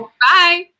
Bye